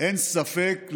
אין ספק,